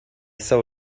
saw